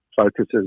focuses